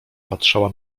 patrzała